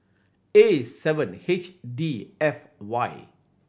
A seven H D F Y